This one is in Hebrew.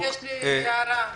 יש לי הערה קטנה,